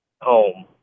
home